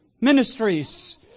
ministries